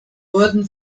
wurden